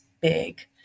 big